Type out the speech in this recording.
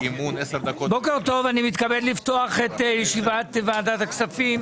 בוקר טוב, אני מתכבד לפתוח את ישיבת ועדת הכספים.